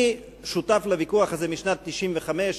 אני שותף לוויכוח הזה משנת 1995,